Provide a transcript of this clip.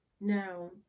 Now